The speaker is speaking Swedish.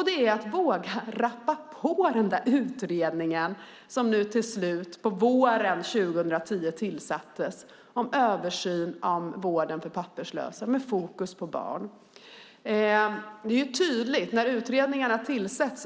Det gäller att våga rappa på utredningen som till slut tillsattes på våren 2010 om översyn av vården för papperslösa med fokus på barn. Att utredningarna tillsätts